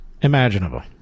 imaginable